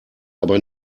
aber